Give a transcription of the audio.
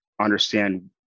understand